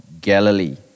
Galilee